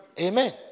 Amen